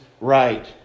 right